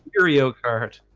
oreo cart